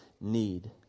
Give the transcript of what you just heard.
need